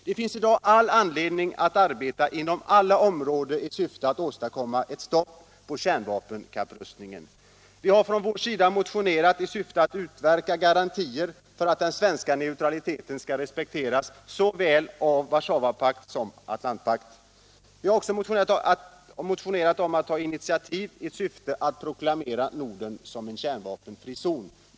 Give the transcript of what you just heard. Det finns i dag all anledning att arbeta inom alla områden i syfte att åstadkomma ett stopp på kärnvapenkapprustningen. Vi har från vår sida motionerat i syfte att utverka garantier för att den svenska neutraliteten respekteras såväl av Warszawapakten som av Atlantpakten. Vi har också motionerat om att vårt land skall ta initiativ i syfte att proklamera Norden som en kärnvapenfri zon.